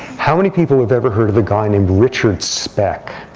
how many people have ever heard of a guy named richard speck?